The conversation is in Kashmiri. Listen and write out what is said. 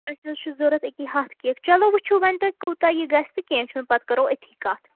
أسۍ حظ چھِ ضوٚرتھ أکیٛاہ ہَتھ کیک چلو وُچھٕو ؤنۍ تُہۍ کوٗتاہ یہِ گژھِ تہٕ کینٛہہ چھُنہٕ پتہٕ کَرو أتھی کَتھ